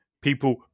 people